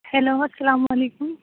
hello السّلام علیکم